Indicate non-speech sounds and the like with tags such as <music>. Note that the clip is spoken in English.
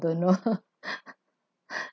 don't know <laughs> <breath>